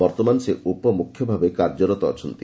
ବର୍ତ୍ତମାନ ସେ ଉପମୁଖ୍ୟ ଭାବେ କାର୍ଯ୍ୟରତ ଅଛନ୍ତି